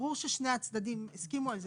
ברור ששני הצדדים הסכימו על זה.